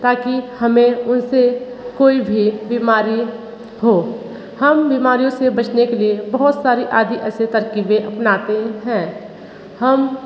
ताकि हमें उनसे कोई भी बीमारी हो हम बीमारियों से बचने के लिए बहुत सारी आदि ऐसे तरक़ीबे अपनाते हैं हम